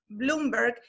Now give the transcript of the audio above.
Bloomberg